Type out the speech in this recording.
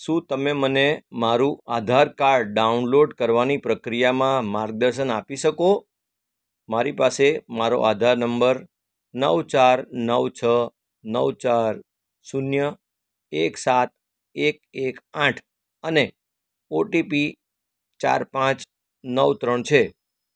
શું તમે મને મારું આધાર કાર્ડ ડાઉનલોડ કરવાની પ્રક્રિયામાં માર્ગદર્શન આપી શકો મારી પાસે મારો આધાર નંબર નવ ચાર નવ છ નવ ચાર શૂન્ય એક સાત એક એક આઠ અને ઓટીપી ચાર પાંચ નવ ત્રણ છે